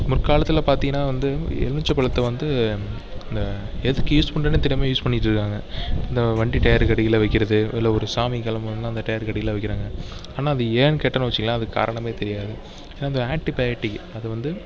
முற்காலத்தில் பார்த்திங்கன்னா வந்து எலுமிச்ச பழத்தை வந்து அந்த எதுக்கு யூஸ் பண்றோன்னே தெரியாமல் யூஸ் பண்ணிட்டு இருக்காங்க இந்த வண்டி டயருக்கு அடியில் வைக்கிறது இதில் ஒரு சாமி கிளம்பணுன்னா அந்த டயருக்கு அடியில் வைக்கிறாங்க ஆனால் அது ஏன்னு கேட்டோன்னு வச்சுக்கோங்களேன் அதுக்கு காரணமே தெரியாது ஏன்னா அது ஆன்ட்டிபயாடிக் அது வந்து